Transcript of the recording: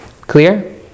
Clear